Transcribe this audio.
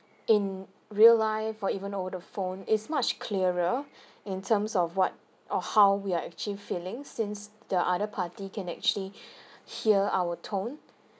in real life or even over the phone is much clearer in terms of what or how we are actually feeling since the other party can actually hear our tone